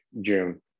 June